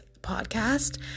podcast